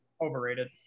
Overrated